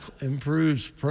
improves